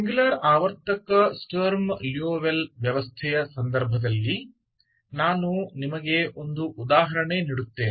singular ಆವರ್ತಕ Sturm Liouville ವ್ಯವಸ್ಥೆಯ ಸಂದರ್ಭದಲ್ಲಿ ನಾನು ನಿಮಗೆ ಒಂದು ಉದಾಹರಣೆ ನೀಡುತ್ತೇನೆ